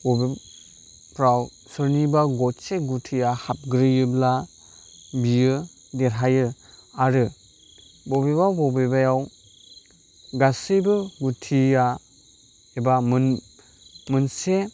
बबेफ्राव सोरनिबा गरसे गुथिया हाबग्रोयोब्ला बियो देरहायो आरो बबेबा बबेबायाव गासैबो गुथिया एबा मोन मोनसे